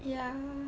ya